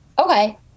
Okay